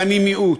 ואני מיעוט?